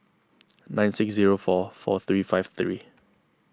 nine six zero four four three five three